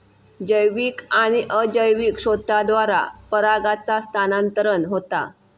जैविक आणि अजैविक स्त्रोतांद्वारा परागांचा स्थानांतरण होता